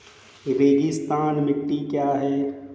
रेगिस्तानी मिट्टी क्या है?